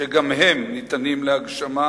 שגם הם ניתנים להגשמה,